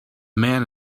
man